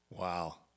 Wow